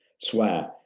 swear